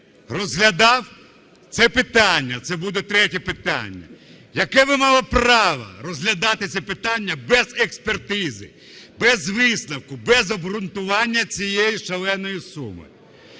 розглядав це питання (це буде третє питання), яке ви мали право розглядати це питання без експертизи, без висновку, без обґрунтування цієї шаленої суми?